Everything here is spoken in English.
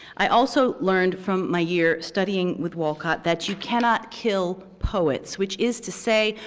i also learned from my year studying with walcott that you cannot kill poets, which is to say,